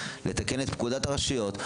לתקן את פקודת הרשויות.